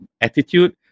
attitude